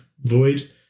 void